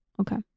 Okay